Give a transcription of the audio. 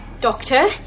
Doctor